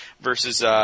versus